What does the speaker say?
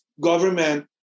government